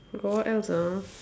got what else ah